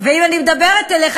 ואם אני מדברת אליך,